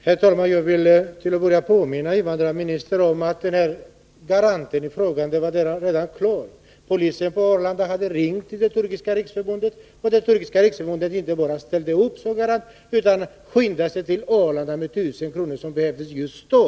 Herr talman! Jag vill påminna invandrarministern om att garanten i fråga redan var klar. Polisen på Arlanda hade ringt till det turkiska riksförbundet, och därifrån ställde man inte bara upp som garant utan skyndade sig också till Arlanda med 1 000 kronor, som behövdes just då.